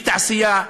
בלי תעשייה?